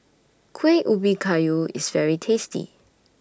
Kuih Ubi Kayu IS very tasty